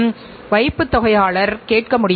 எனவே கணக்கியல் தகவல் மிகவும் முக்கியமானது